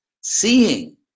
seeing